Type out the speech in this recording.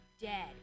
dead